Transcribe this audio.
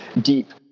deep